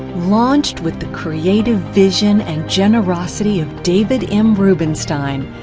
launched with the creative vision, and generosity of david m. rubenstein,